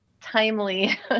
timely